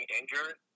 injured